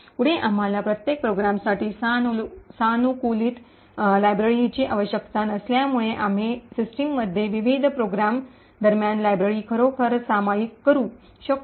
पुढे आम्हाला प्रत्येक प्रोग्रामसाठी सानुकूलित लायब्ररीची आवश्यकता नसल्यामुळे आम्ही सिस्टममध्ये विविध प्रोग्राम दरम्यान लायब्ररी खरोखर सामायिक करू शकतो